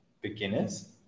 beginners